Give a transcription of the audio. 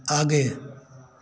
आगे